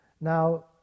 Now